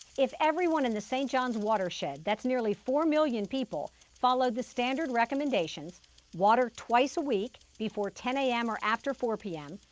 if everyone in the st. johns watershed that's nearly four million people followed the standard recommendations water twice a week before ten am or after four pm,